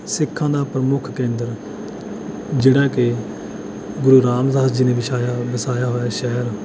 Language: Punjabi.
ਸਿੱਖਾਂ ਦਾ ਪ੍ਰਮੁੱਖ ਕੇਂਦਰ ਜਿਹੜਾ ਕਿ ਗੁਰੂ ਰਾਮ ਦਾਸ ਜੀ ਨੇ ਵਿਸ਼ਾਇਆ ਵਸਾਇਆ ਹੋਇਆ ਸ਼ਹਿਰ